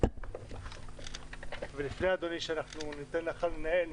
ולפני שניתן לך לנהל,